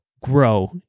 grow